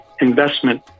investment